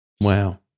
Wow